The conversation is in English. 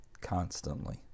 constantly